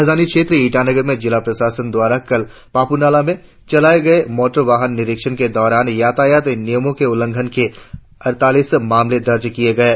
राजधानी क्षेत्र ईटानगर में जिला प्रशासन द्वारा कल पापु नालाह में चलाए गए मोटर वाहन निरीक्षण के दौरान यातायात नियमों के उल्लंघन के अड़तालीस मामले दर्ज किए गए है